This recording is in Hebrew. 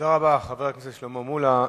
תודה רבה, חבר הכנסת שלמה מולה.